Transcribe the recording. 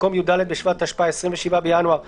במקום "י"ד בשבט התשפ"א (27 בינואר 2021)"